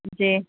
جی